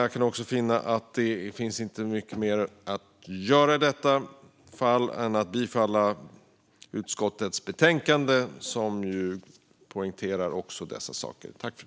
Jag kan också finna att det inte finns mycket mer att göra i detta fall än att bifalla utskottets förslag i betänkandet, som ju också poängterar dessa saker.